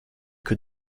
que